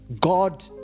God